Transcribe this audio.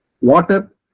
water